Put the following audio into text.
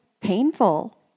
painful